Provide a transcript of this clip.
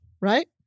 right